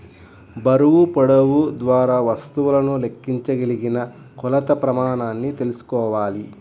బరువు, పొడవు ద్వారా వస్తువులను లెక్కించగలిగిన కొలత ప్రమాణాన్ని తెల్సుకోవాలి